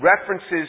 References